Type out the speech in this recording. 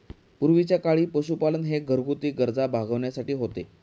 पूर्वीच्या काळी पशुपालन हे घरगुती गरजा भागविण्यासाठी होते